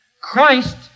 Christ